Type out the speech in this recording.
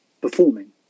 performing